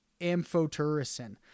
amphotericin